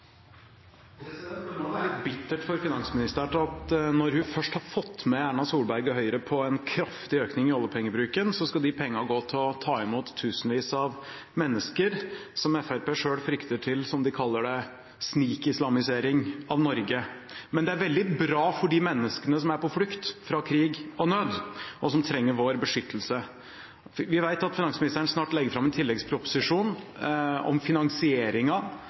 Det må jo være litt bittert for finansministeren at når hun først har fått med Erna Solberg og Høyre på en kraftig økning i oljepengebruken, så skal de pengene gå til å ta imot tusenvis av mennesker, som Fremskrittspartiet selv frykter vil føre til det de kaller snikislamisering av Norge. Men det er veldig bra for de menneskene som er på flukt fra krig og nød, og som trenger vår beskyttelse. Vi vet at finansministeren snart legger fram en tilleggsproposisjon om